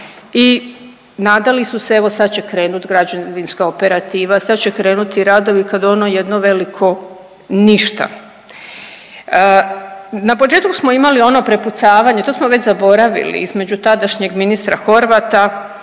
i nadali su se, evo sad će krenuti građevinska operativa, sad će krenuti radovi, kad ono jedno veliko ništa. Na početku smo imali ono prepucavanje, to smo već zaboravili, između tadašnjeg ministra Horvata,